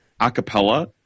acapella